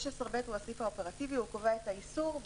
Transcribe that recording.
16ג הוא הסעיף שקובע את האיסור.